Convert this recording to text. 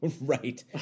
Right